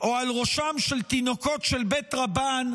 או על ראשם של תינוקות של בית רבן,